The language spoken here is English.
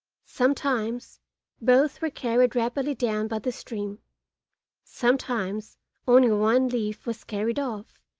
sometimes both were carried rapidly down by the stream sometimes only one leaf was carried off,